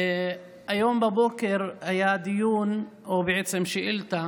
היום בבוקר היה דיון, או בעצם שאילתה,